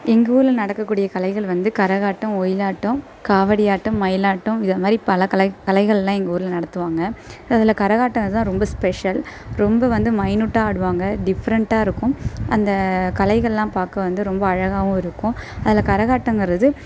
எங்கூரில் நடக்கக்கூடிய கலைகள் வந்து கரகாட்டம் ஒயிலாட்டம் காவடியாட்டம் மயிலாட்டம் இந்த மாதிரி பல கலை கலைகளெலாம் எங்கள் ஊரில் நடத்துவாங்க அதில் கரகாட்டம்தான் ரொம்ப ஸ்பெஷல் ரொம்ப வந்து மைனூட்டாக ஆடுவாங்க டிஃப்ரென்ட்டாக இருக்கும் அந்த கலைகளெலாம் பார்க்க வந்து ரொம்ப அழகாவும் இருக்கும் அதில் கரகாட்டங்கிறது